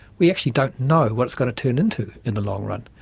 we actually don't know what it's going to turn into in the long run,